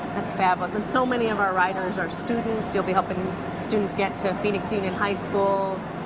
that's fabulous. and so many of our riders are students. you'll be helping students get to phoenix union high schools.